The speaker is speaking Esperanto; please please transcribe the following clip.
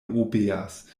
obeas